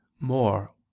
more